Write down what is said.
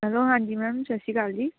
hello ਹਾਂਜੀ ma'am Sat Sri Akal ਜੀ